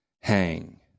hang